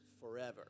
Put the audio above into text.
forever